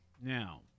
Now